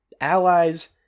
allies